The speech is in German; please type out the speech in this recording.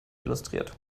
illustriert